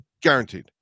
Guaranteed